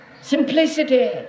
simplicity